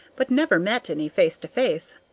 but never met any face to face.